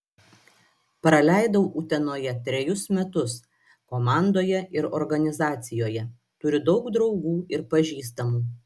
praleidau utenoje trejus metus komandoje ir organizacijoje turiu daug draugų ir pažįstamų